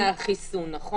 הוא עמיד לחיסון, נכון?